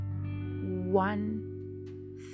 one